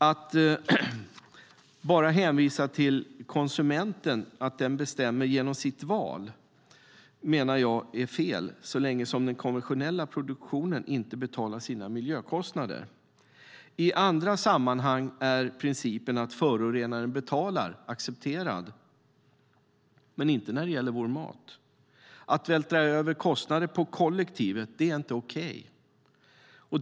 Att bara hänvisa till att konsumenten bestämmer genom sitt val menar jag är fel så länge som den konventionella produktionen inte betalar sina miljökostnader. I andra sammanhang är principen att förorenaren betalar accepterad men inte när det gäller vår mat. Att vältra över kostnader på kollektivet är inte okej.